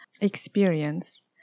experience